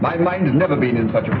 my mind is never been in such a